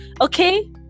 okay